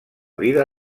vida